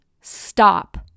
stop